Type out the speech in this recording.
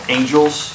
angels